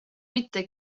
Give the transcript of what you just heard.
mitte